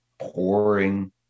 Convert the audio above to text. pouring